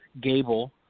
Gable